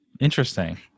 Interesting